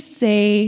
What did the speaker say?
say